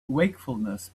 wakefulness